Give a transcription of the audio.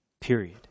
Period